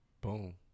Boom